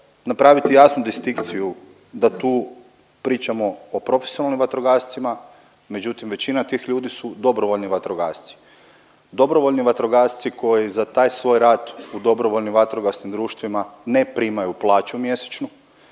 napraviti jasnu distinkciju da tu pričamo o profesionalnim vatrogascima, međutim većina tih ljudi su dobrovoljni vatrogasci. Dobrovoljni vatrogasci koji za taj svoj rad u dobrovoljnim vatrogasnim društvima ne primaju plaću mjesečnu,